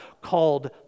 called